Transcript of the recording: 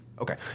Okay